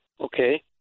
Okay